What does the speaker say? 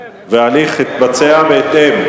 וההליך התבצע בהתאם.